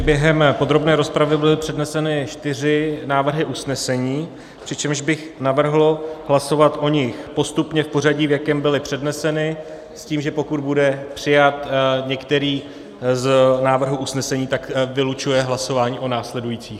Během podrobné rozpravy byly předneseny čtyři návrhy usnesení, přičemž bych navrhl hlasovat o nich postupně v pořadí, v jakém byly předneseny, s tím, že pokud bude přijat některý z návrhů usnesení, tak vylučuje hlasování o následujících.